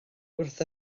wrth